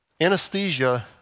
Anesthesia